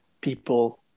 people